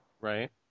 Right